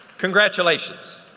congratulations.